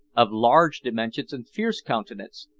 of large dimensions and fierce countenance,